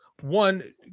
one